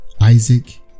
Isaac